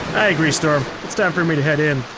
i agree storm it's time for me to head in.